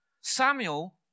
Samuel